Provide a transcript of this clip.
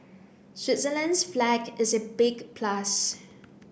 Switzerland's flag is a big plus